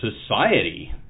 society